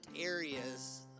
areas